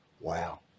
Wow